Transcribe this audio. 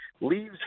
leaves